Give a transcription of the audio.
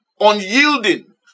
unyielding